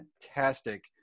fantastic